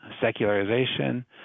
Secularization